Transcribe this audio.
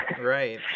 Right